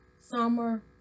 summer